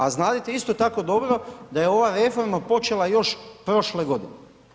A znadete isto tako dobro da je ova reforma počela još prošle godine.